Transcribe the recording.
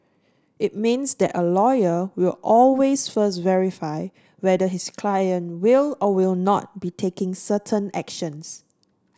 it means that a lawyer will always first verify whether his client will or will not be taking certain actions